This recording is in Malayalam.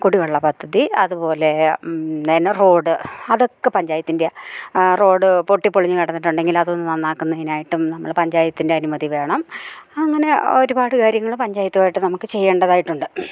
കുടിവെള്ള പദ്ധതി അതുപോലെ പിന്നെ റോഡ് അതൊക്കെ പഞ്ചായത്തിൻ്റെയാണ് റോഡ് പൊട്ടി പൊളിഞ്ഞ് കടന്നിട്ടുണ്ടെങ്കിൽ അതൊന്ന് നന്നാക്കുന്നതിനായിട്ടും നമ്മൾ പഞ്ചായത്തിൻ്റെ അനുമതി വേണം അങ്ങനെ ഒരുപാട് കാര്യങ്ങൾ പഞ്ചായത്തുമായിട്ട് നമുക്ക് ചെയ്യേണ്ടതായിട്ടുണ്ട്